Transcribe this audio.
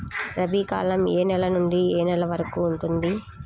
రబీ కాలం ఏ నెల నుండి ఏ నెల వరకు ఉంటుంది?